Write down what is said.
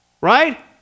Right